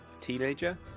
teenager